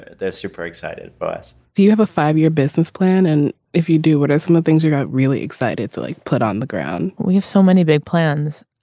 they're super excited for us do you have a five year business plan and if you do what are some of things you're not really excited to like put on the ground we have so many big plans.